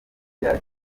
bya